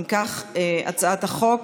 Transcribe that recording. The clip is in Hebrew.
אם כך, הצעת החוק